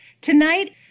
Tonight